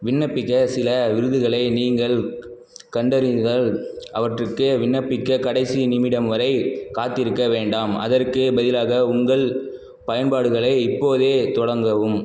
விண்ணப்பிக்க சில விருதுகளை நீங்கள் கண்டறிந்தால் அவற்றுக்கு விண்ணப்பிக்க கடைசி நிமிடம் வரை காத்திருக்க வேண்டாம் அதற்கு பதிலாக உங்கள் பயன்பாடுகளை இப்போதே தொடங்கவும்